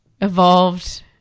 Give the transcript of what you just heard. evolved